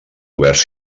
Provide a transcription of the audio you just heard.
oberts